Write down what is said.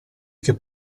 che